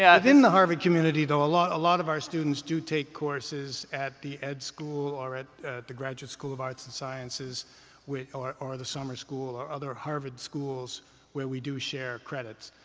yeah within the harvard community, though, a lot lot of our students do take courses at the ed school or at the graduate school of arts and sciences or or the summer school or other harvard schools where we do share credits.